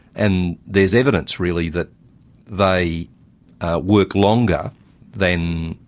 and there's evidence, really, that they work longer than,